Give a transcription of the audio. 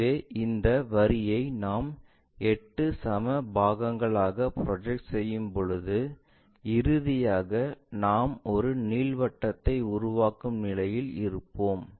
எனவே இந்த வரியை நாம் 8 சம பாகங்களாக ப்ரொஜெக்ட் செய்யும் போது இறுதியாக நாம் ஒரு நீள்வட்டத்தை உருவாக்கும் நிலையில் இருப்போம்